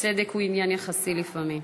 צדק הוא עניין יחסי לפעמים.